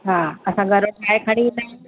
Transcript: हा असां घरां ठाहे खणी ईंदा आहियूं